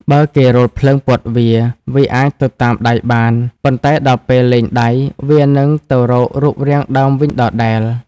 បើគេរោលភ្លើងពត់វា វាអាចទៅតាមដៃបាន ប៉ុន្តែដល់ពេលលែងដៃ វានឹងទៅរករូបរាងដើមវិញដដែល។